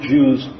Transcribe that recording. Jews